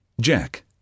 Jack